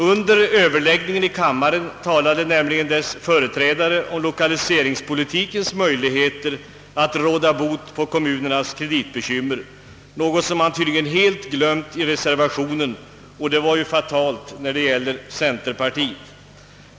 Under överläggningen i kammaren talade nämligen dess företrädare om lokaliseringspolitikens möjligheter att råda bot på kommunernas kreditbekymmer, något som man tydligen helt glömt i reservationen, vilket ju var fatalt när det gällde centerpartiet!